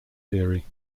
theory